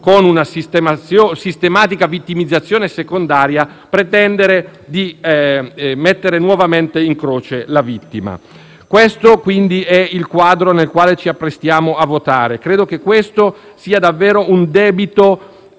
con una sistematica vittimizzazione secondaria, pretendere di mettere nuovamente in croce la vittima. Questo quindi è il quadro nel quale ci apprestiamo a votare. Credo che questo sia davvero un debito